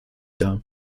dar